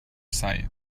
sight